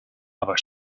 aber